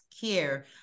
care